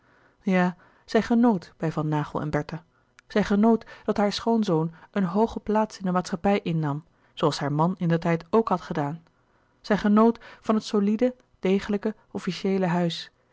ja zij genoot bij van naghel en bertha zij genoot dat haar schoonzoon een hooge plaats in de maatschappij innam zooals haar man indertijd ook had gedaan zij genoot van het solide degelijke officieele huis